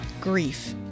Grief